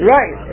Right